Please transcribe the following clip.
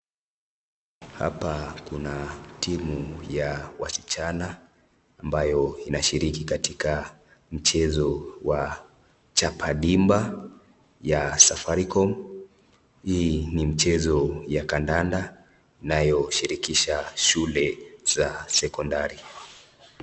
Hapa kuna timu ya wasichana ambayo inashiriki katika mchezo wa chapadimba ya safaricom. Hii ni mchezo ya kandanda inayoshirikisha shule za sekondari.